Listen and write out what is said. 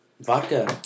Vodka